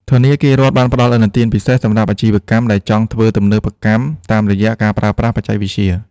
ធនាគាររដ្ឋបានផ្ដល់ឥណទានពិសេសសម្រាប់អាជីវកម្មដែលចង់ធ្វើទំនើបកម្មតាមរយៈការប្រើប្រាស់បច្ចេកវិទ្យា។